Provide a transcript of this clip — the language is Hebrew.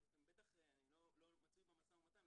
אני לא מצוי במשא ומתן,